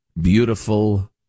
beautiful